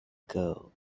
girl